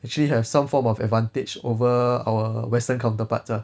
actually have some form of advantage over our western counterparts ah